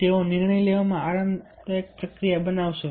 તેઓ નિર્ણય લેવામાં આરામદાયક પ્રક્રિયા બનાવશે